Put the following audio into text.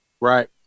Right